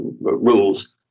rules